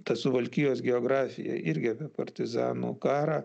ta suvalkijos geografija irgi apie partizanų karą